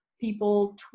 people